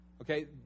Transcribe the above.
okay